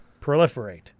proliferate